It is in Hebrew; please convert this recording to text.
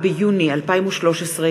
איילת שקד,